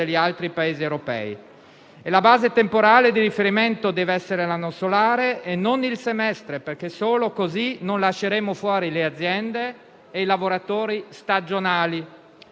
Lo sforzo che bisogna fare in questa fase è sempre quello di trovare un punto di equilibrio tra aiuti e strumenti che incentivano la ripartenza.